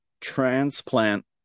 transplant